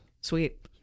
Sweet